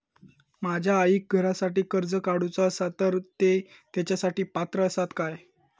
माझ्या आईक घरासाठी कर्ज काढूचा असा तर ती तेच्यासाठी पात्र असात काय?